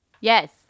Yes